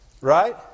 Right